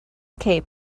cape